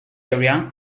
area